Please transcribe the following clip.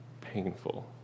painful